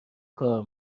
کار